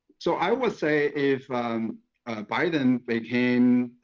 so i would say if biden became